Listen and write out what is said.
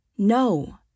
No